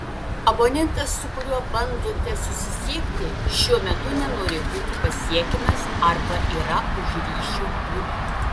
abonentas su kuriuo bandote susisiekti šiuo metu nenori būti pasiekiamas arba yra už ryšio ribų